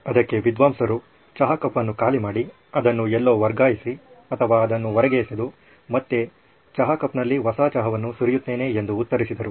ಅದಕ್ಕೆ ವಿದ್ವಾಂಸರು ಚಹಾ ಕಪ್ ಅನ್ನು ಖಾಲಿ ಮಾಡಿ ಅದನ್ನು ಎಲ್ಲೋ ವರ್ಗಾಯಿಸಿ ಅಥವಾ ಅದನ್ನು ಹೊರಗೆ ಎಸೆದು ಮತ್ತೆ ಚಹಾ ಕಪ್ನಲ್ಲಿ ಹೊಸ ಚಹಾವನ್ನು ಸುರಿಯುತ್ತೇನೆ ಎಂದು ಉತ್ತರಿಸಿದರು